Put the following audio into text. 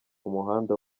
umuhanda